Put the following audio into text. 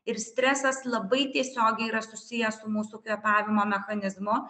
ir stresas labai tiesiogiai yra susijęs su mūsų kvėpavimo mechanizmu